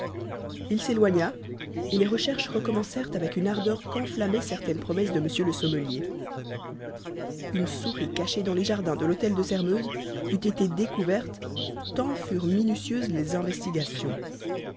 il s'éloigna et les recherches recommencèrent avec une ardeur qu'enflammait certaine promesse de m le sommelier une souris cachée dans les jardins de l'hôtel de sairmeuse eût été découverte tant furent minutieuses les investigations